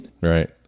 right